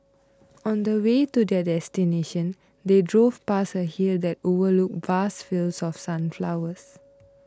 on the way to their destination they drove past a hill that overlooked vast fields of sunflowers